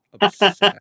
obsessed